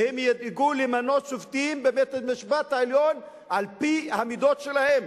והם ידאגו למנות שופטים בבית-המשפט העליון על-פי המידות שלהם,